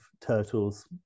Turtles